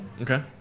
Okay